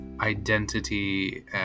identity